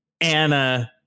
Anna